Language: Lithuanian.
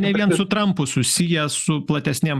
ne vien su trampu susiję su platesnėm